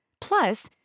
Plus